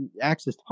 access